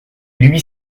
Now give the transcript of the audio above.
lui